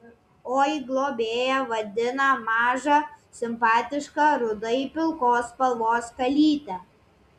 oi globėja vadina mažą simpatišką rudai pilkos spalvos kalytę